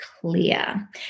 clear